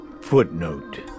Footnote